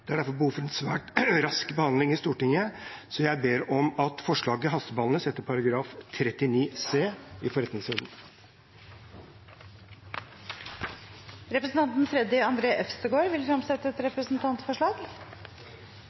Det er derfor behov for en svært rask behandling i Stortinget, så jeg ber om at forslaget hastebehandles etter § 39 c i forretningsordenen. Representanten Freddy André Øvstegård vil fremsette et representantforslag.